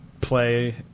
play